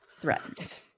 threatened